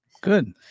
good